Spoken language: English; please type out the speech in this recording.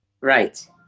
Right